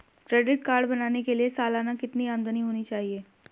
Credit card बनाने के लिए सालाना कितनी आमदनी होनी चाहिए?